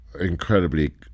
incredibly